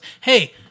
Hey